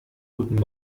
guten